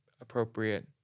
appropriate